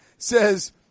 Says